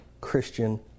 Christian